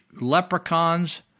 leprechauns